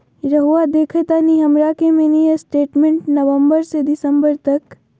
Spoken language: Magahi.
रहुआ देखतानी हमरा के मिनी स्टेटमेंट नवंबर से दिसंबर तक?